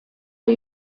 are